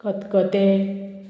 खतखते